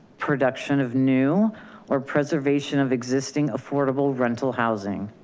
production of new or preservation of existing affordable rental housing,